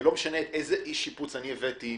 ולא משנה איזה איש שיפוץ הבאתי.